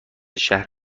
شهر